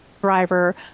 driver